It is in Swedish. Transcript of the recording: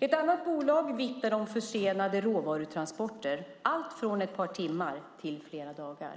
Ett annat bolag vittnar om försenade råvarutransporter, allt från ett par timmar till flera dagar.